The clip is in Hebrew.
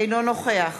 אינו נוכח